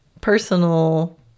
personal